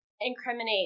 incriminate